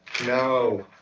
no.